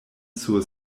sur